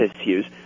issues